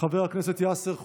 חבר הכנסת ינון